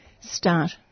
start